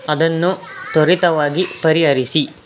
ಅದನ್ನು ತ್ವರಿತವಾಗಿ ಪರಿಹರಿಸಿ